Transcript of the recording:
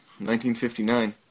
1959